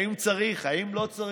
האם צריך, האם לא צריך?